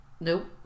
Nope